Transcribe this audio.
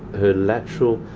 her lateral